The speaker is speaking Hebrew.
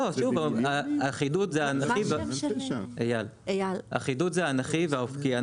לא, שוב, החידוד זה האנכי והאופקי.